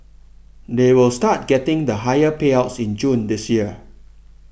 they will start getting the higher payouts in June this year